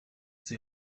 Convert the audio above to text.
sie